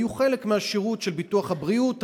תהיה חלק מהשירות של ביטוח הבריאות הרגיל.